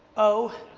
o,